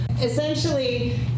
Essentially